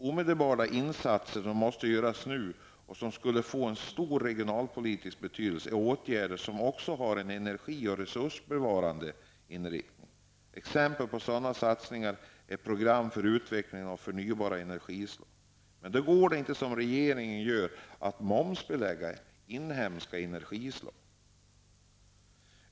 Omedelbara insatser skulle få stor regionalpolitisk betydelse och ha en energi och resursbevarande inriktning. Exempel på sådana satsningar är program för utveckling av förnybara energislag. Men då kan man inte göra som regeringen, nämligen att momsbelägga inhemska energislag.